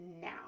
now